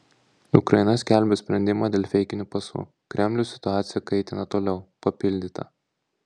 ukraina skelbia sprendimą dėl feikinių pasų kremlius situaciją kaitina toliau papildyta